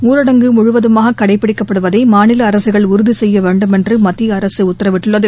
ஊரடங்கு முழுவதுமாக கடைபிடிக்கபடுவதை மாநில அரசுகள் உறுதி செய்ய வேண்டும் என்று மத்திய அரசு உத்தரவிட்டுள்ளது